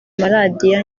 maradiyo